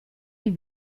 die